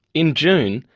in june,